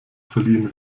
verliehen